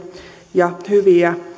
ja hyviä